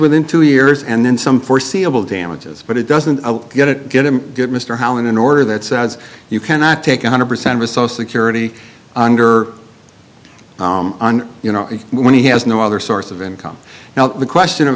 within two years and then some foreseeable damages but it doesn't get it get a good mr hallinan order that says you cannot take one hundred percent was so security under you know when he has no other source of income now the question of